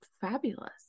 fabulous